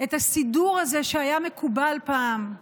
את הסידור הזה שהיה מקובל פעם,